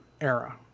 era